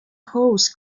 hosts